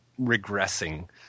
regressing